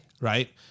Right